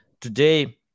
today